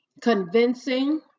convincing